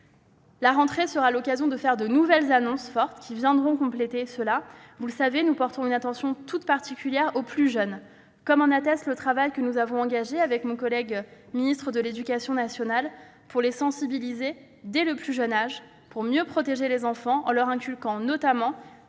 La rentrée sera l'occasion de faire de nouvelles annonces fortes, qui viendront compléter ce dispositif. Vous le savez, nous portons une attention toute particulière aux plus jeunes, comme le montre le travail que mon collègue ministre de l'éducation nationale et moi-même avons engagé, pour les sensibiliser, dès le plus jeune âge, pour mieux protéger les enfants en leur inculquant notamment